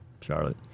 Charlotte